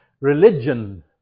religion